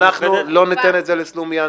לא ניתן את זה לסלומינסקי,